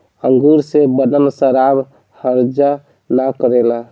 अंगूर से बनल शराब हर्जा ना करेला